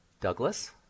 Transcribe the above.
Douglas